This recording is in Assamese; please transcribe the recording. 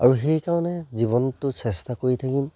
আৰু সেইকাৰণে জীৱনটো চেষ্টা কৰি থাকিম